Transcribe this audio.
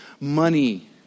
Money